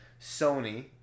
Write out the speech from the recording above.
sony